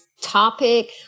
Topic